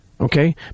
Okay